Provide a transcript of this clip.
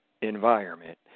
environment